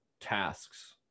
tasks